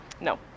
No